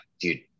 dude